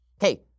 Hey